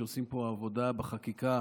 שעושים פה עבודה בחקיקה